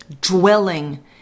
dwelling